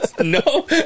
No